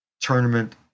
tournament